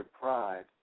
pride